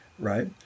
right